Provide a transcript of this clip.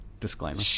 Disclaimer